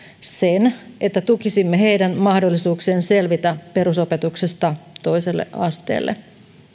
sen että tukisimme heidän mahdollisuuksiaan selvitä perusopetuksesta toiselle asteelle